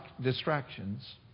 distractions